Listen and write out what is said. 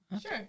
Sure